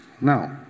Now